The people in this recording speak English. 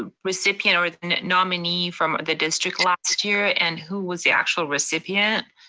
ah recipient or nominee from the district last year, and who was the actual recipient?